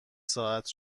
ساعت